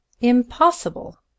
impossible